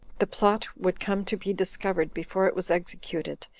the plot would come to be discovered before it was executed,